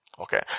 Okay